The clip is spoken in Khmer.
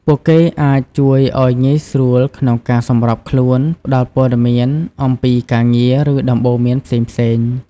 ពួកគេអាចជួយឲ្យងាយស្រួលក្នុងការសម្របខ្លួន ផ្ដល់ព័ត៌មានអំពីការងារ ឬដំបូន្មានផ្សេងៗ ។